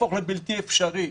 יהפוך לבלתי אפשרי.